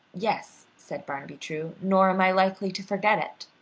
yes, said barnaby true, nor am i likely to forget it.